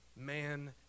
man